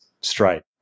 straight